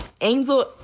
Angel